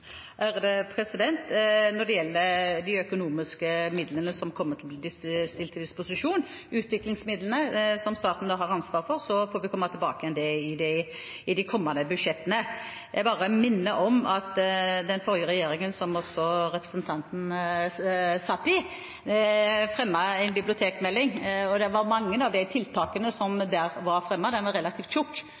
Når det gjelder de økonomiske midlene som kommer til å bli stilt til disposisjon – utviklingsmidlene, som staten har ansvar for – får vi komme tilbake til det i de kommende budsjettene. Jeg bare minner om at den forrige regjeringen, som også representanten satt i, la fram en bibliotekmelding der mange av disse tiltakene ble fremmet. Den var relativt